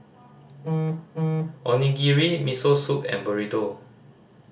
Onigiri Miso Soup and Burrito